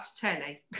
telly